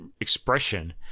expression